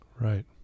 Right